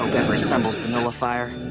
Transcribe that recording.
the nullifier,